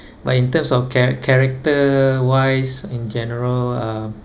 but in terms of chara~ character wise in general um